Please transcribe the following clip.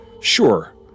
sure